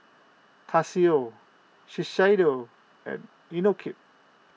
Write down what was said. Casio Shiseido and Inokim